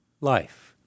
life